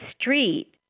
street